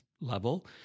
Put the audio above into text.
level